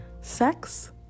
sex